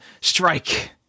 Strike